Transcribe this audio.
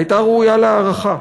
הייתה ראויה להערכה.